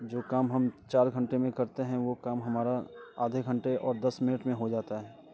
जो काम हम चार घंटे में करते हैं वो काम हमारा आधे घंटे और दस मिनट में हो जाता है